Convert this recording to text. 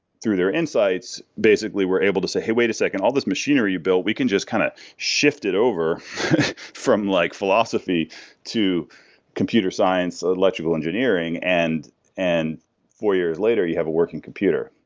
through their insights, basically were able to say, hey, wait a second. all these machinery you built, we can just kind of shift it over from like philosophy to computer science, electrical engineering, and and four years later you have a working computer.